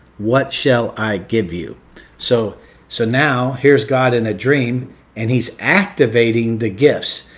what shall i give you so so now here's god in a dream and he's activating the gifts.